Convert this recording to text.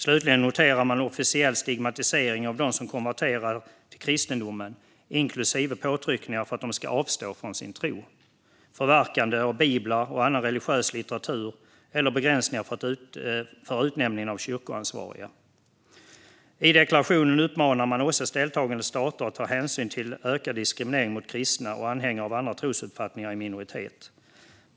Slutligen noterar man officiell stigmatisering av dem som konverterar till kristendomen, inklusive påtryckningar för att de ska avstå från sin tro, förverkande av biblar och annan religiös litteratur och begränsningar för utnämningen av kyrkoansvariga. I deklarationen uppmanar man OSSE:s deltagande stater att ta hänsyn till ökad diskriminering mot kristna och anhängare av andra trosuppfattningar i minoritet.